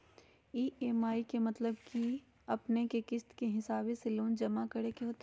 EMI के मतलब है कि अपने के किस्त के हिसाब से लोन जमा करे के होतेई?